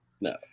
No